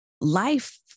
life